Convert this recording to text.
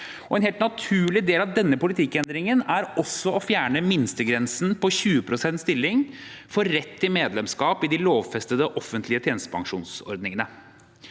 En helt naturlig del av denne politikkendringen er også å fjerne minstegrensen på 20 pst. stilling for rett til medlemskap i de lovfestede offentlige tjenestepensjonsordningene.